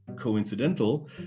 coincidental